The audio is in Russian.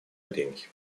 прений